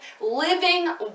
living